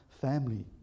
family